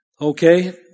Okay